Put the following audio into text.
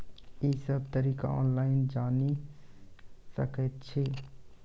ई सब तरीका ऑनलाइन जानि सकैत छी?